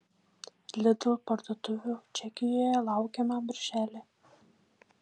lidl parduotuvių čekijoje laukiama birželį